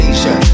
Asia